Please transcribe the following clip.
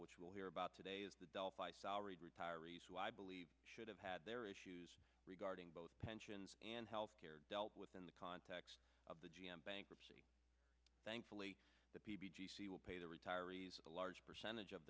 which we'll hear about today is the delphi salaried retirees who i believe should have had their issues regarding both pensions and health care dealt with in the context of the g m bankruptcy thankfully that will pay the retirees a large percentage of